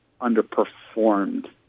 underperformed